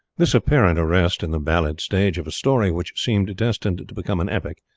this apparent arrest, in the ballad stage, of a story which seemed destined to become an epic,